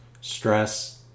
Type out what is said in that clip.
Stress